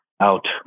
out